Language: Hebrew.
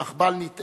אך בל נטעה.